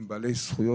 הם בעלי זכויות,